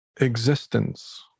existence